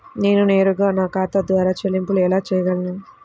నేను నేరుగా నా ఖాతా ద్వారా చెల్లింపులు ఎలా చేయగలను?